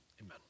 amen